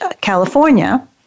California